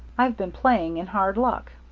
i've been playing in hard luck.